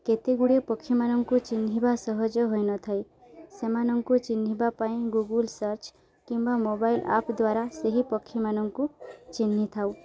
କେତେଗୁଡ଼ିଏ ପକ୍ଷୀମାନଙ୍କୁ ଚିହ୍ନିବା ସହଜ ହୋଇନଥାଏ ସେମାନଙ୍କୁ ଚିହ୍ନିବା ପାଇଁ ଗୁଗୁଲ୍ ସର୍ଚ୍ଚ କିମ୍ବା ମୋବାଇଲ ଆପ୍ ଦ୍ୱାରା ସେହି ପକ୍ଷୀମାନଙ୍କୁ ଚିହ୍ନିଥାଉ